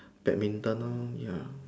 badminton lor ya